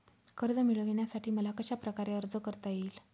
कर्ज मिळविण्यासाठी मला कशाप्रकारे अर्ज करता येईल?